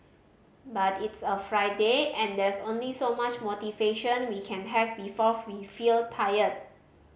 but it's a Friday and there's only so much motivation we can have before we feel tired